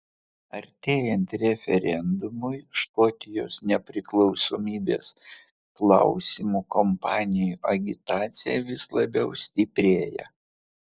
artėjant referendumui škotijos nepriklausomybės klausimu kampanijų agitacija vis labiau stiprėja